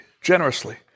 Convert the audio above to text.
generously